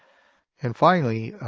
and finally,